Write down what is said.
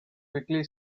quickly